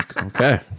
Okay